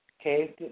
Okay